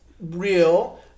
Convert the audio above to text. real